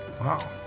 wow